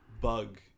bug